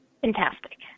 Fantastic